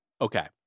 Okay